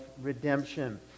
redemption